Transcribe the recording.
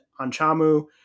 Anchamu